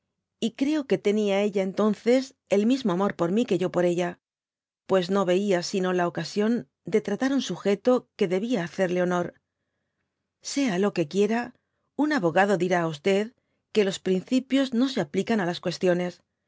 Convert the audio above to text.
y creo que tenia cala entonces el mismo amor por mí que yo por ella pues no veía sino la ocasión de tratar un sujeto que debia hacerle honor sea lo que quiera un abogado dirá á que los principios no se aplican á las cuestiones